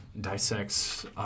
dissects